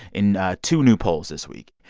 in two new polls this week.